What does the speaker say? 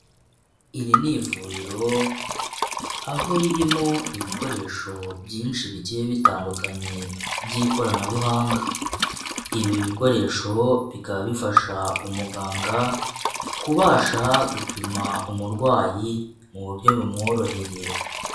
Iri ni ivuriro aho ririmo ibikoresho byinshi bigiye bitandukanye by'ikoranabuhanga. Ibi bikoresho bikaba bifasha umuganga kubasha gupima umurwayi mu buryo bumworoheye.